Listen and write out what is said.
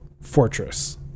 fortress